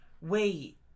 Wait